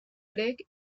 grec